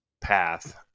path